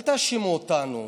אל תאשימו אותנו.